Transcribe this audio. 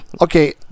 Okay